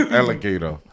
alligator